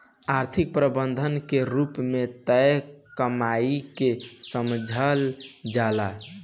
आर्थिक प्रबंधन के रूप में तय कमाई के समझल जाला